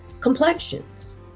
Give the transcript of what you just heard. complexions